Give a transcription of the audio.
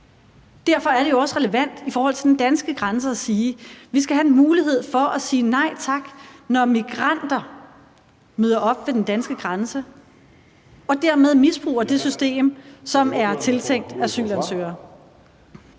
Derfor er det jo også relevant i forhold til den danske grænse at sige: Vi skal have en mulighed for at sige nej tak, når migranter møder op ved den danske grænse og dermed misbruger det system, som er tiltænkt asylansøgere.